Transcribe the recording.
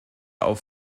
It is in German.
auf